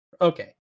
Okay